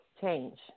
Change